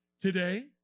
today